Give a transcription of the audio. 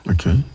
Okay